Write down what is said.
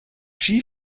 ski